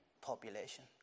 population